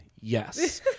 Yes